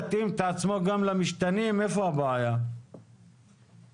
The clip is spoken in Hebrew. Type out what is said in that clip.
למה רוצים רישיון?